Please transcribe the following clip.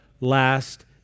last